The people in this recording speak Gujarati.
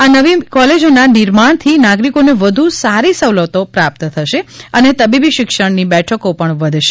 આ નવી કોલેજોના નિર્માણથી નાગરિકોને વધુ સારી સવલતો પ્રાપ્ત થશે અને તબીબી શિક્ષણની બેઠકો પણ વધશે